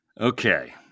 okay